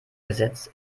gesetz